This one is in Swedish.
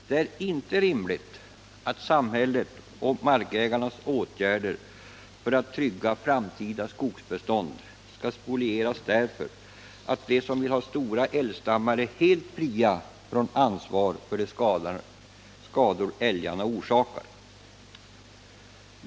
Det är inte rimligt att samhället och markägarnas åtgärder för att trygga framtida skogsbestånd skall spolieras därför att de som vill ha stora älgstammar är helt fria från ansvar för de skador älgarna orsakar.